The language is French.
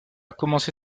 commencé